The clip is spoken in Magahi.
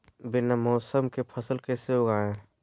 बिना मौसम के फसल कैसे उगाएं?